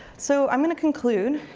so i'm gonna conclude